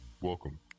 welcome